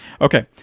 Okay